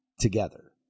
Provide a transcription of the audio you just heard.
together